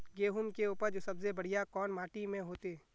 गेहूम के उपज सबसे बढ़िया कौन माटी में होते?